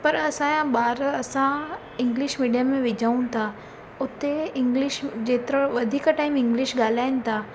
पर असांजा ॿार असां इंग्लिश मीडियम में विझूं था उते इंग्लिश जेतिरो वधीक टाइम इंग्लिश ॻाल्हाइनि था